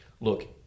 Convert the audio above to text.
look